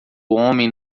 homem